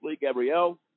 Gabrielle